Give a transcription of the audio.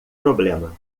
problema